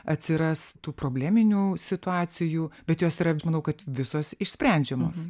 atsiras tų probleminių situacijų bet jos yra aš manau kad visos išsprendžiamos